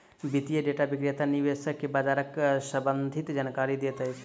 वित्तीय डेटा विक्रेता निवेशक के बजारक सम्भंधित जानकारी दैत अछि